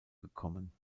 gekommen